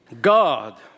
God